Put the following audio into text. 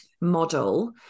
model